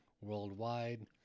worldwide